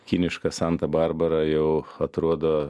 kiniška santa barbara jau atrodo